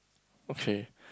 okay